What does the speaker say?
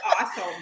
awesome